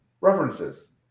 references